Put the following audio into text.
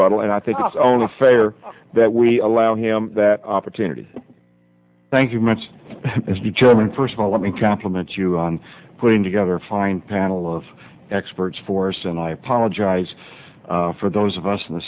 rebuttal and i think it's only fair that we allow him that opportunity thank you much as the chairman first of all let me compliment you on putting together a fine panel of experts force and i apologize for those of us in the